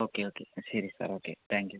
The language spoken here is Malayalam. ഒക്കെ ഓക്കെ ശരി സാർ ഓക്കെ താങ്ക് യു